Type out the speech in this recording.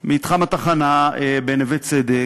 מתחם התחנה בנווה-צדק,